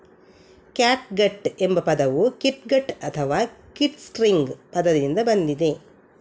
catgut ಎಂಬ ಪದವು kitgut ಅಥವಾ ಕಿಟ್ಸ್ಟ್ರಿಂಗ್ ಪದದಿಂದ ಬಂದಿದೆ